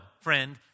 friend